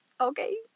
okay